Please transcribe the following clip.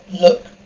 Look